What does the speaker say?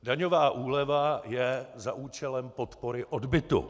Daňová úleva je za účelem podpory odbytu.